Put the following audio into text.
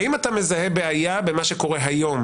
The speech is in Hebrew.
האם אתה מזהה בעיה במה שקורה היום